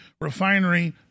refinery